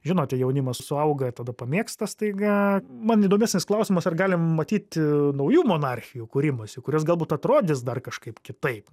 žinote jaunimas suauga ir tada pamėgsta staiga man įdomesnis klausimas ar galim matyti naujų monarchijų kūrimąsi kurios galbūt atrodys dar kažkaip kitaip